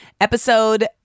episode